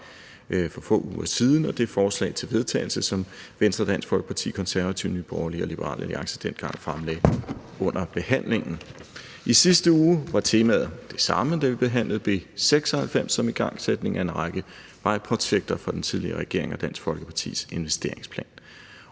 for få uger siden, og det forslag til vedtagelse, som Venstre, Dansk Folkeparti, Konservative, Nye Borgerlige og Liberal Alliance dengang stillede under behandlingen. I sidste uge var temaet det samme, da vi behandlede B 96 om igangsætning af en række vejprojekter fra den tidligere regering og Dansk Folkepartis investeringsplan.